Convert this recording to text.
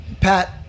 Pat